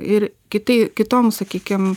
ir kitai kitom sakykim